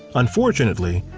unfortunately,